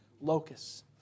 locusts